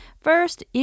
First